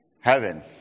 Heaven